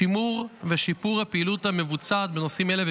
שימור ושיפור הפעילות המבוצעת בנושאים אלה,